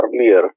earlier